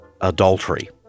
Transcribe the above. adultery